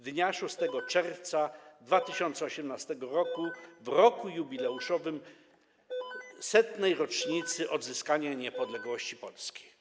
Dnia 6 czerwca 2018 r., w roku jubileuszowym 100. rocznicy odzyskania niepodległości Polski.